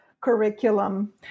curriculum